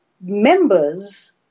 members